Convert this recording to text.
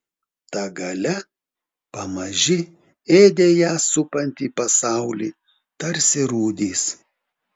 ta galia pamaži ėdė ją supantį pasaulį tarsi rūdys